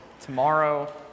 tomorrow